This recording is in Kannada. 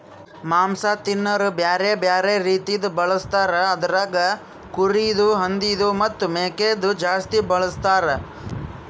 ಮಾಂಸ ತಿನೋರು ಬ್ಯಾರೆ ಬ್ಯಾರೆ ರೀತಿದು ಬಳಸ್ತಾರ್ ಅದುರಾಗ್ ಕುರಿದು, ಹಂದಿದು ಮತ್ತ್ ಮೇಕೆದು ಜಾಸ್ತಿ ಬಳಸ್ತಾರ್